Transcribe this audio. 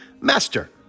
Master